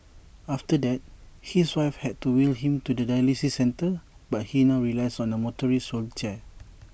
after that his wife had to wheel him to the dialysis centre but he now relies on A motorised wheelchair